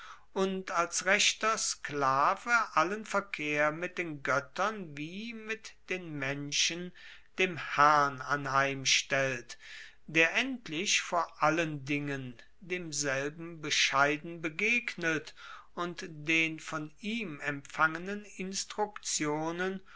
und als rechter sklave allen verkehr mit den goettern wie mit den menschen dem herrn anheimstellt der endlich vor allen dingen demselben bescheiden begegnet und den von ihm empfangenen instruktionen